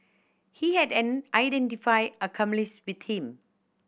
he had an unidentified accomplice with him